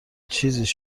چیزیش